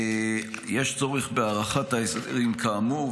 יש צורך בהארכת ההסדרים כאמור.